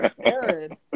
Aaron